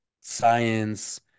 science